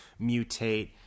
mutate